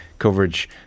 coverage